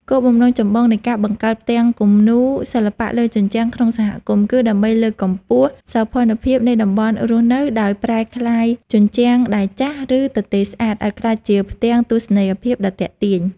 គោលបំណងចម្បងនៃការបង្កើតផ្ទាំងគំនូរសិល្បៈលើជញ្ជាំងក្នុងសហគមន៍ គឺដើម្បីលើកកម្ពស់ សោភ័ណភាពនៃតំបន់រស់នៅ ដោយប្រែក្លាយជញ្ជាំងដែលចាស់ ឬទទេស្អាត ឱ្យក្លាយជាផ្ទាំងទស្សនីយភាពដ៏ទាក់ទាញ។